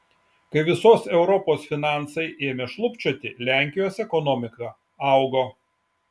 kai visos europos finansai ėmė šlubčioti lenkijos ekonomika augo